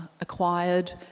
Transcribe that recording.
acquired